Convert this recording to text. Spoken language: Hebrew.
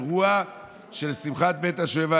באירוע של שמחת בית השואבה,